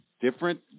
different